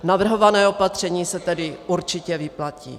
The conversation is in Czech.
Navrhované opatření se tedy určitě vyplatí.